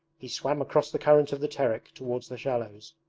he swam across the current of the terek towards the shallows.